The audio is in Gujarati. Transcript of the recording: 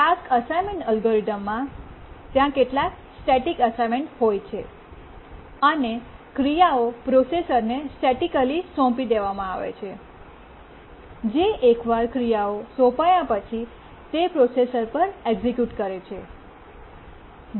ટાસ્ક અસાઇનમેન્ટ અલ્ગોરિધમમાં ત્યાં કેટલાક સ્ટેટિક અસાઇનમેન્ટ હોય છે અને ક્રિયાઓ પ્રોસેસરને સ્ટેટિકલી સોંપી દેવામાં આવે છે કે જે એકવાર ક્રિયાઓ સોંપાયા પછી તે પ્રોસેસર પર એક્ઝેક્યુટ કરે છે